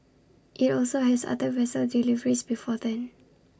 IT also has other vessel deliveries before then